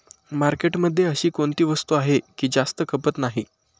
मार्केटमध्ये अशी कोणती वस्तू आहे की जास्त खपत नाही?